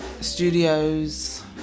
studios